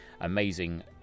amazing